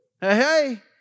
Hey